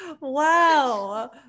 wow